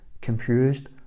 confused